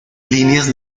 líneas